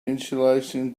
insulation